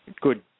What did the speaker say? good